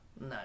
No